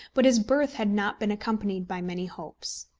but his birth had not been accompanied by many hopes.